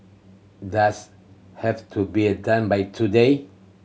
does have to be done by today